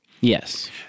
Yes